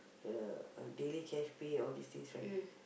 the uh daily cash pay all these things right